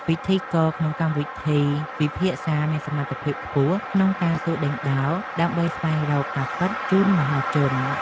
ពិធីករក្នុងកម្មវិធីពិភាក្សាមានសមត្ថភាពខ្ពស់ក្នុងការសួរដេញដោល ដើម្បីស្វែងរកការពិតជូនមហាជន។